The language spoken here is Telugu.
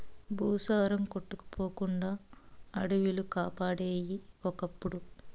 భూసారం కొట్టుకుపోకుండా అడివిలు కాపాడేయి ఒకప్పుడు